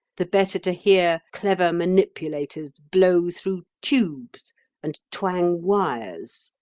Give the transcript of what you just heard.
the better to hear clever manipulators blow through tubes and twang wires.